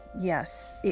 Yes